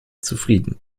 zufrieden